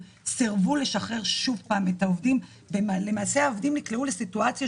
תשלומים לחברי ועדות מקצועיות